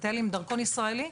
לטייל עם דרכון ישראלי,